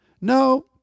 No